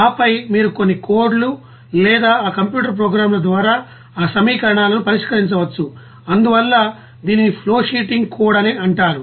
ఆపై మీరు కొన్ని కోడ్ లు లేదా ఆ కంప్యూటర్ ప్రోగ్రామ్ ల ద్వారా ఆ సమీకరణాలను పరిష్కరించవచ్చు అందువల్ల దీనిని ఫ్లోషీటింగ్ కోడ్ అని అంటారు